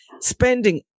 spending